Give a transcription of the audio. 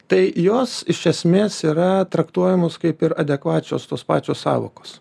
tai jos iš esmės yra traktuojamos kaip ir adekvačios tos pačios sąvokos